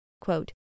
Quote